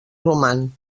roman